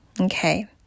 Okay